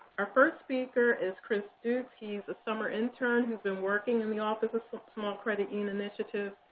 our first speaker is chris dukes. he's a summer intern who's been working in the office of small credit union initiatives.